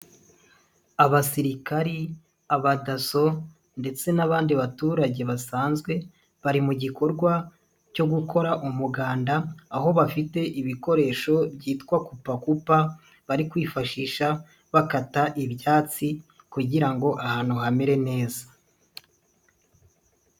Abasirikari, abadaso ndetse n'abandi baturage basanzwe, bari mu gikorwa cyo gukora umuganda, aho bafite ibikoresho byitwa kupakupa, bari kwifashisha bakata ibyatsi kugira ngo ahantu hamere neza.